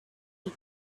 and